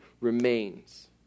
remains